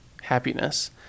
happiness